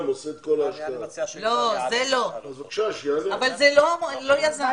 עושה את כל ההשקעה- -- אבל זה לא יזם.